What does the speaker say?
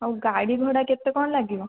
ଆଉ ଗାଡ଼ି ଭଡ଼ା କେତେ କ'ଣ ଲାଗିବ